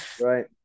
Right